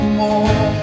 more